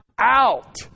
out